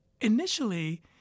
initially